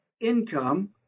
income